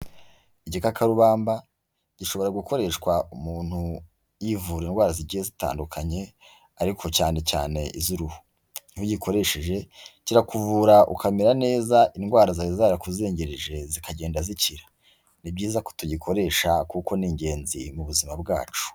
Igikakarubamba gishobora gukoreshwa umuntu yivura indwara zigiye zitandukanye, ariko cyane cyane iz'uruhu. Iyo ugikoresheje kirakuvura ukamera neza, indwara zari zarakuzengereje zikagenda zikira. Ni byiza ko tugikoresha, kuko ni ingenzi mu buzima bwacu.